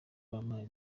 bampaye